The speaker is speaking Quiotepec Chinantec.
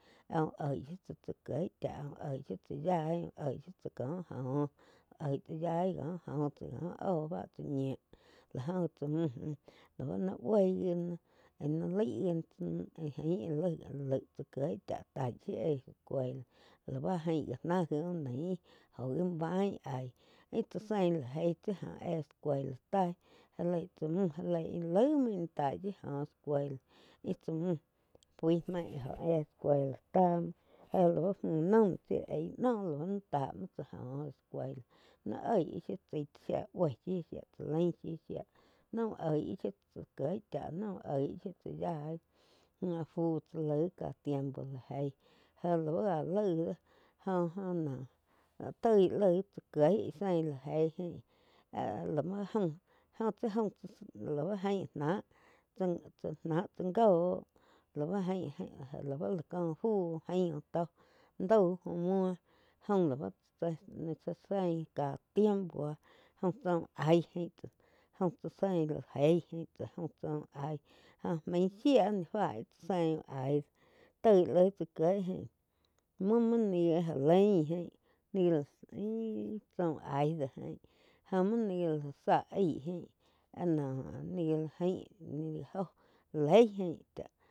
Ah úh oig shiu tsá, tsáh kieh cháh úh oig shiu tsá yaí úh oig shiu tsá có jóh úh oig tsá yaíh có joh tsá có óh bá tsá ñiu láh gó gi tsá mgú lau nái buoi gi íh naí laig wi jain laig tsá quieg cháh laig tsá kieg chá taig shí escuela láh bá jain nah gi úh naíh joh gi bain aíh íh tsá sein la jeí tsi éh escuela tai tsá mgú íh lai muo íh taí joh escuela ih tsá mgú main íh óh éh escuela tá muo jé lau mgú noh aig noh lau ni taíg tsá joh escuela ní oig gi shiu tsái tsá shía bpi shiu shía tsá lain tsáh shía nai uh oig gi shiu tsá kieh chá nai uh oig wi shiu tsá yai. Fu chá laig ká tiempo la ge muo jéh lau ká laig doh jo-jo noh toi laig tsá kieg zein lá jeig ain áh lau jaum, lau jain náh tsá nah chá goh lau ain lau fu úh gain uh to uh muo jaum ni tsá zein tiempo jaum tsá uh aig. Jaum tsá zein la eig fu chá uh aig joh main zhía ni fá ih tsá zein la jei toi laig tsa kieg muo-muo ni já lain ain ni ga la íh chá uh aíh gain jo muo ni ga lá aig jain áh noh ni gá jain oh ley ain chá.